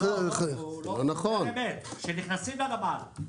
כשנכנסים לנמל,